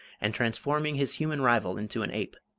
and transforming his human rival into an ape.